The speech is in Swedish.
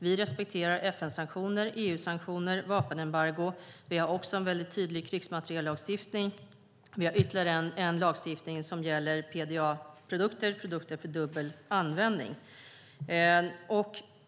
Vi respekterar FN-sanktioner, EU-sanktioner och vapenembargon. Vi har också en väldigt tydlig krigsmateriellagstiftning. Vi har även en lagstiftning som gäller PDA-produkter, produkter för dubbel användning.